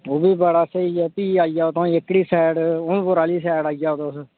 हांजी